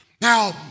Now